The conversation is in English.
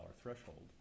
threshold